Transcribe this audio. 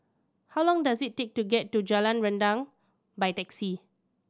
how long does it take to get to Jalan Rendang by taxi